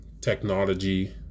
technology